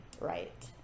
right